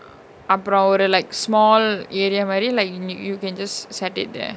அப்ரோ ஒரு:apro oru like small area மாரி:mari like you you can just set it there